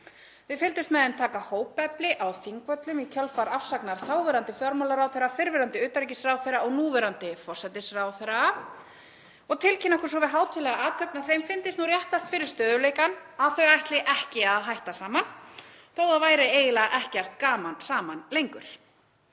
Við fylgdumst með þeim taka hópefli á Þingvöllum í kjölfar afsagnar þáverandi fjármálaráðherra, fyrrverandi utanríkisráðherra og núverandi forsætisráðherra, og tilkynna okkur svo við hátíðlega athöfn að þeim fyndist réttast fyrir stöðugleikann að ætla ekki að hætta saman þó að það væri eiginlega ekkert gaman saman lengur.